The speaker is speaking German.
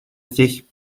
sich